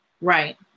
Right